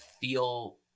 feel